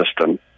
system